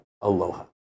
aloha